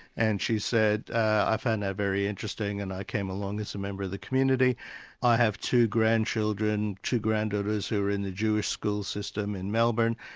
and she said, i found that very interesting and i came along as a member of the community i have two grandchildren, two granddaughters, who are in the jewish school system in melbourne,